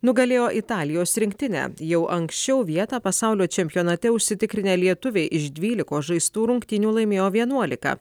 nugalėjo italijos rinktinę jau anksčiau vietą pasaulio čempionate užsitikrinę lietuviai iš dvylikos žaistų rungtynių laimėjo vienuoliką